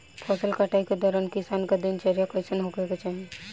फसल कटाई के दौरान किसान क दिनचर्या कईसन होखे के चाही?